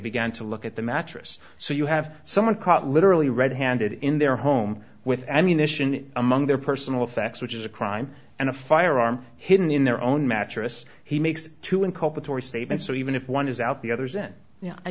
began to look at the mattress so you have someone caught literally red handed in their home with ammunition among their personal effects which is a crime and a firearm hidden in their own mattress he makes two inculpatory statements so even if one is out the others then yeah i